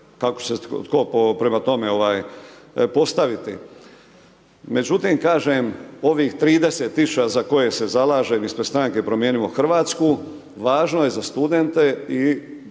kako će se tko prema tome postaviti. Međutim, kažem ovih 30 tisuća za koje se zalažem ispred stranke Promijenimo Hrvatsku, važno je za studente i pozivam